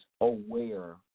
aware